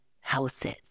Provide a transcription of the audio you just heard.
houses